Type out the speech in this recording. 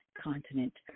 continent